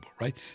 right